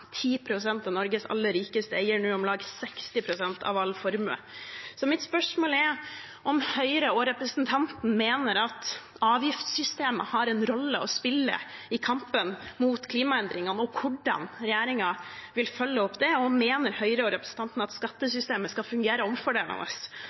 pst. av Norges aller rikeste eier nå om lag 60 pst. av all formue. Mitt spørsmål er om Høyre og representanten Wang Soleim mener at avgiftssystemet har en rolle å spille i kampen mot klimaendringene, og hvordan regjeringen vil følge opp det. Og mener han at skattesystemet skal fungere omfordelende, og